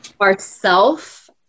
ourself